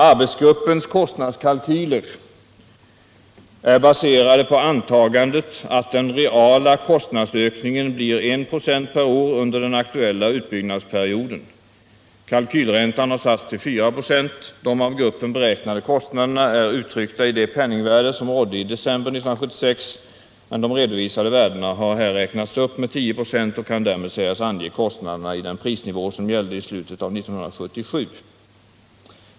Arbetsgruppens kostnadskalkyler är baserade på antagandet att den reala kostnadsökningen blir 1 96 per år under den aktuella utbyggnadsperioden. Kalkylräntan har satts till 4 96, och de av gruppen beräknade kostnaderna är här uttryckta i det penningvärde som rådde i december 1976, men de redovisade värdena har räknats upp med 10 96 och kan därmed sägas ange kostnaderna i de priser som gällde i slutet av 1977.